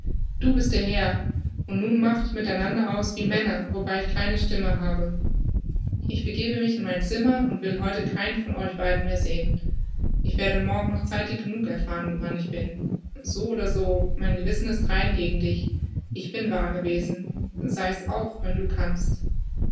du bist der herr und nun macht mit einander aus wie männer wobei ich keine stimme habe ich begebe mich in mein zimmer und will heute keinen von euch beiden mehr sehen ich werde morgen noch zeitig genug erfahren woran ich bin so oder so mein gewissen ist rein gegen dich ich bin wahr gewesen sei es auch wenn du kannst